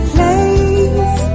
Place